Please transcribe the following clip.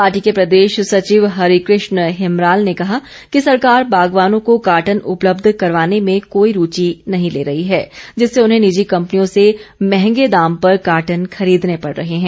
party के प्रदेश सचिव हरि कृष्ण हिमराल ने कहा कि सरकार बागवानों को कार्टन उपलब्ध करवाने में कोई रूचि नहीं ले रही है जिससे उन्हें निजी कम्पनियों से महंगे दाम पर कार्टन खरीदने पड रहे हैं